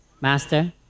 Master